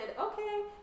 okay